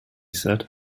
said